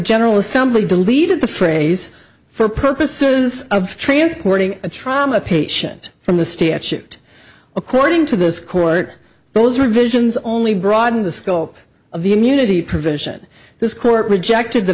general assembly deleted the phrase for purposes of transporting a trauma patient from the statute according to this court those revisions only broaden the scope of the immunity provision this court rejected the